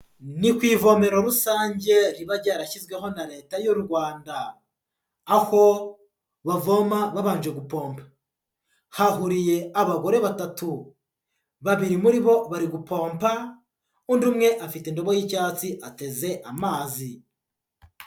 Ni ku ivomero rusange riba ryarashyizweho na leta y'u rwanda. Aho bavoma babanje gupompa. Hahuriye abagore batatu. Babiri muri bo barigupompa, undi umwe afite indobo y'icyatsi ateze amazi.